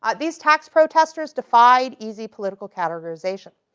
ah these tax protesters defied easy political categorization.